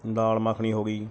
ਦਾਲ ਮੱਖਣੀ ਹੋ ਗਈ